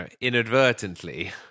inadvertently